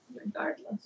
regardless